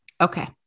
Okay